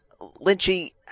Lynchy